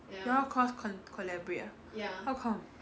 you all cross con~ collaborate ah how come